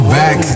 back